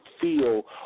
feel